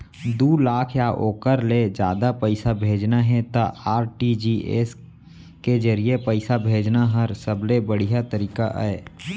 दू लाख या ओकर ले जादा पइसा भेजना हे त आर.टी.जी.एस के जरिए पइसा भेजना हर सबले बड़िहा तरीका अय